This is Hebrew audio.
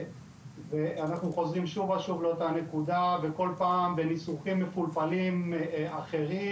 אנחנו חוזרים שוב ושוב לאותה נקודה וכל פעם בניסוחים מפולפלים אחרים,